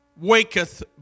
waketh